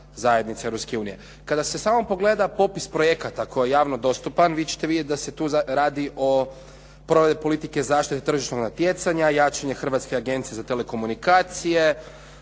zajednice Europske unije. Kada se samo pogleda popis projekata koji je javno dostupan, vi ćete vidjeti za se tu radi o provedbi politike zaštite tržišnog natjecanja, jačanje Hrvatske agencije za telekomunikacije,